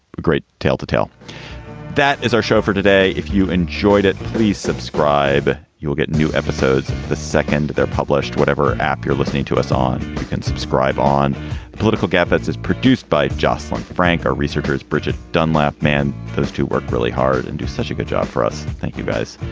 a great tale to tell that is our show for today. if you enjoyed it, please subscribe. you'll get new episodes. the second they're published, whatever app you're listening to us on. you can subscribe on the political gap that is produced by jocelyn frank. researchers brigitte dunlap man those to work really hard and do such a good job for us. thank you, guys.